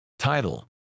Title